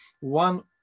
one